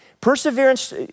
Perseverance